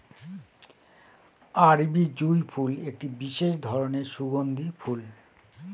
আরবি জুঁই ফুল একটি বিশেষ ধরনের সুগন্ধি ফুল